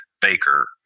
Baker